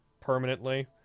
permanently